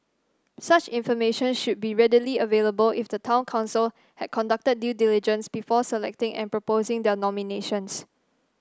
such information should be readily available if the town council had conducted due diligence before selecting and proposing their nominations